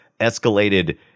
escalated